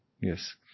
Yes